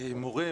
מורה,